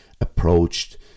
approached